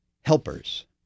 helpers